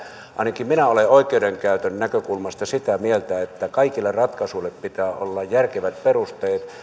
ainakin minä olen oikeudenkäytön näkökulmasta sitä mieltä että kaikille ratkaisuille pitää olla järkevät perusteet